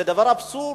זה אבסורד.